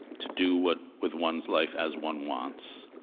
to do what with one's life as one wants.